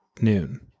noon